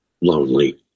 lonely